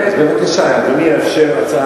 כן, אז בבקשה, אדוני יאפשר הצעה אחרת.